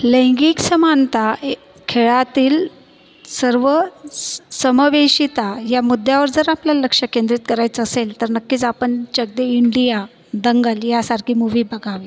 लैंगिक समानता हे खेळातील सर्व स समावेशिता या मुद्द्यावर जर आपल्याला लक्ष केंद्रित करायचं असेल तर नक्कीच आपण चक दे इंडिया दंगल यासारखे मुवी बघावे